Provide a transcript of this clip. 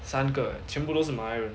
三个 eh 全部都是马来人